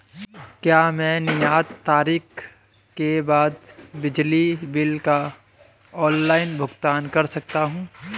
क्या मैं नियत तारीख के बाद बिजली बिल का ऑनलाइन भुगतान कर सकता हूं?